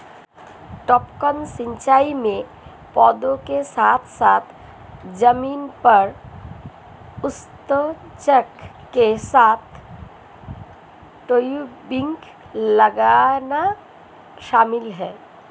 टपकन सिंचाई में पौधों के साथ साथ जमीन पर उत्सर्जक के साथ टयूबिंग लगाना शामिल है